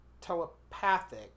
telepathic